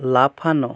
লাফানো